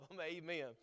Amen